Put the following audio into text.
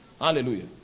Hallelujah